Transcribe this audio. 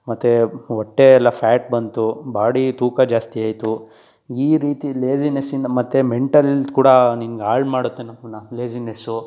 ಮತ್ತು ಹೊಟ್ಟೆ ಎಲ್ಲ ಫ್ಯಾಟ್ ಬಂತು ಬಾಡಿ ತೂಕ ಜಾಸ್ತಿ ಆಯಿತು ಈ ರೀತಿ ಲೇಜಿನೆಸ್ಸಿಂದ ಮತ್ತು ಮೆಂಟಲ್ ಎಲ್ತ್ ಕೂಡ ನಿಂಗೆ ಹಾಳು ಮಾಡುತ್ತೆ ನಮ್ಮನ್ನ ಲೇಜಿನೆಸ್ಸು